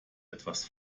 etwas